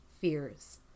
fears